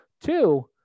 Two